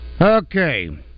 Okay